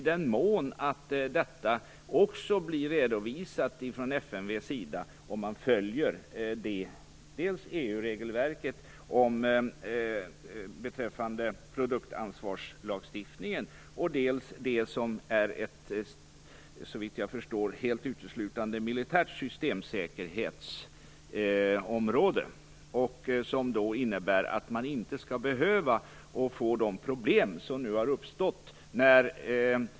FMV bör redovisa om man följer EU regelverket när det gäller dels produktsansvarslagstiftningen, dels på det, såvitt jag förstår, uteslutande militära systemsäkerhetsområdet. Detta innebär att man skulle slippa de problem som nu har uppstått.